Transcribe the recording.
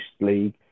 league